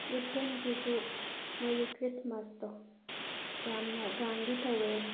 ꯈ꯭ꯔꯤꯁꯇꯦꯟꯒꯤꯁꯨ ꯃꯣꯏꯒꯤ ꯈ꯭ꯔꯤꯁꯃꯥꯁꯇꯣ ꯌꯥꯝꯅ ꯒ꯭ꯔꯥꯟꯂꯤ ꯇꯧꯋꯦ